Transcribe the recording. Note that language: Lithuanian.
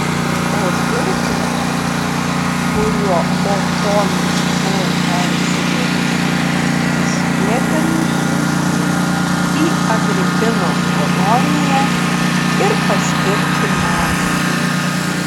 o durklą kuriuo otonas buvo persivėręs jis liepė nusiųsti į agripinos koloniją ir paskirti marsui